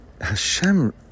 Hashem